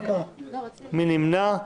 מי נמנע?